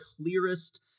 clearest